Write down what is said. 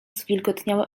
zwilgotniałe